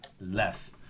less